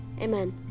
amen